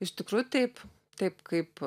iš tikrų taip taip kaip